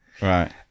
Right